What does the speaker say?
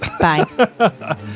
Bye